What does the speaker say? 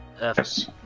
Yes